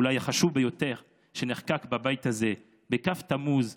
אולי החשוב ביותר שנחקק בבית זה בכ' תמוז תש"י,